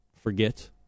forget